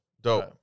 dope